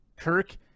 Kirk